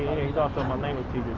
he's also my language